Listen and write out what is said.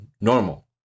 normal